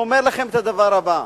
ואומר לכם את הדבר הבא: